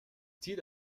zieht